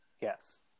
Yes